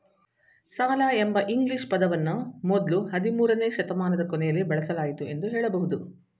ಸಾಲ ಎಂಬ ಇಂಗ್ಲಿಷ್ ಪದವನ್ನ ಮೊದ್ಲು ಹದಿಮೂರುನೇ ಶತಮಾನದ ಕೊನೆಯಲ್ಲಿ ಬಳಸಲಾಯಿತು ಎಂದು ಹೇಳಬಹುದು